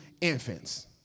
infants